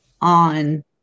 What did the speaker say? on